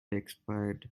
expired